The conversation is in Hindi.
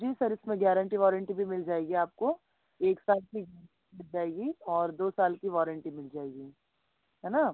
जी सर इसमें गारेंटी वॉरेंटी भी मिल जाएगी आपको एक साल की मिल जाएगी और दो साल की वॉरेंटी मिल जाएगी है ना